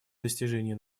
достижения